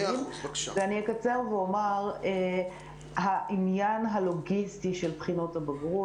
ואני אקצר ואומר העניין הלוגיסטי של בחינות הבגרות,